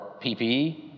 PPE